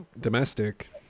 domestic